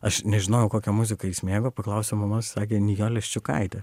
aš nežinojau kokią muziką jis mėgo paklausiau mamos sakė nijolė ščiukaitė